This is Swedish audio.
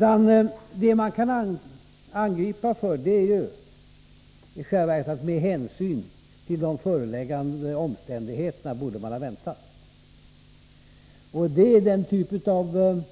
Man kan angripa oss och säga att med hänsyn till de föreliggande omständigheterna borde vi ha väntat. Det är den typ av